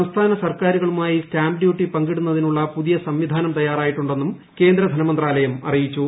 സംസ്ഥാന സർക്കാരുകളുമായി stamp duty പങ്കിടുന്നതിനുള്ള പുതിയ സംവിധാനം തയ്യാറായിട്ടുണ്ടെന്നും കേന്ദ്ര ധനമന്ത്രാലയം അറിയിച്ചു